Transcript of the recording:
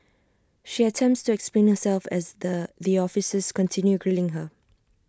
she attempts to explain herself as the officers continue grilling her